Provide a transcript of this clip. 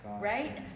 right